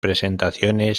presentaciones